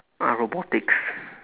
uh robotics